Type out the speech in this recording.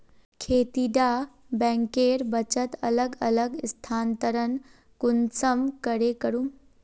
खेती डा बैंकेर बचत अलग अलग स्थानंतरण कुंसम करे करूम?